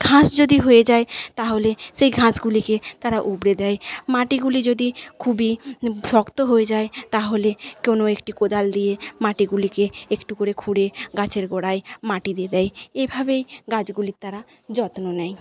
ঘাস যদি হয়ে যায় তাহলে সেই ঘাসগুলিকে তারা উবড়ে দেয় মাটিগুলি যদি খুবই শক্ত হয়ে যায় তাহলে কোনো একটি কোদাল দিয়ে মাটিগুলিকে একটু করে খুঁড়ে গাছের গোড়ায় মাটি দিয়ে দেয় এইভাবেই গাছগুলির তারা যত্ন নেয়